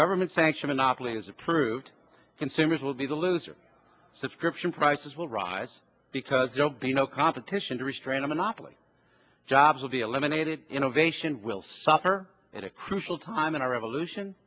government sanction monopoly is approved consumers will be the loser subscription prices will rise because job you know competition to restrain a monopoly jobs will be eliminated innovation will suffer at a crucial time in our evolution